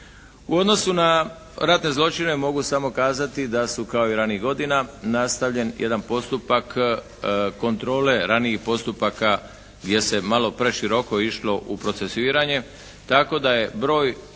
U odnosu na ratne zločine mogu samo kazati da su kao i ranijih godina nastavljen jedan postupak kontrole ranijih postupaka gdje se malo preširoko išlo u procesuiranje tako da je broj